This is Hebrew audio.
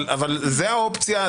אבל זה האופציה,